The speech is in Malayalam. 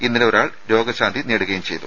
ഇന്നലെ ഒരാൾ രോഗവിമുക്തി നേടുകയും ചെയ്തു